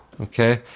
Okay